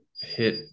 hit